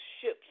ships